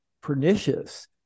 pernicious